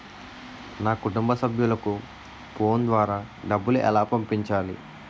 నా కుటుంబ సభ్యులకు ఫోన్ ద్వారా డబ్బులు ఎలా పంపించాలి?